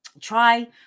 Try